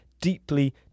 deeply